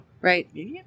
right